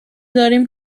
داریم